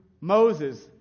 Moses